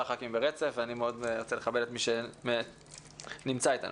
ח"כים ברצף ואני מאוד ארצה לכבד את מי שנמצא איתנו.